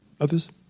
Others